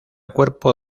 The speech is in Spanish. cuerpo